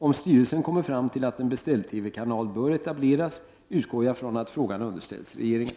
Om styrelsen kommer fram till att en beställ-TV-kanal bör etableras utgår jag från att frågan underställs regeringen.